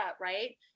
right